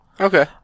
Okay